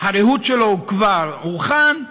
הריהוט שלו כבר הוכן,